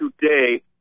today